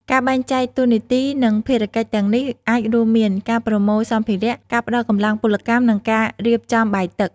ការបែងចែកតួនាទី និងភារកិច្ចទាំងនេះអាចរួមមាន ការប្រមូលសម្ភារៈ ការផ្តល់កម្លាំងពលកម្ម និងការរៀបចំបាយទឹក។